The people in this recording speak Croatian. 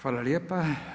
Hvala lijepa.